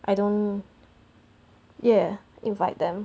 I don't ya invite them